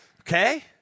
Okay